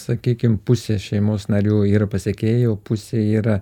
sakykim pusė šeimos narių yra pasekėjai pusė yra